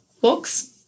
books